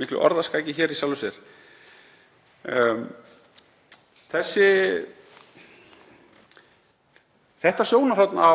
miklu orðaskaki í sjálfu sér. Þetta sjónarhorn á